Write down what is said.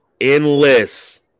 endless